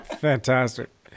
Fantastic